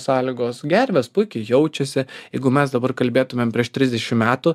sąlygos gervės puikiai jaučiasi jeigu mes dabar kalbėtumėm prieš trisdešim metų